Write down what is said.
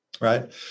right